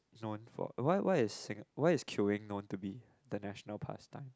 known for why why issing~ why is queueing known to be the national pastime